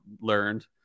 learned